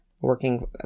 working